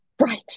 right